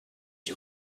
you